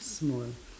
small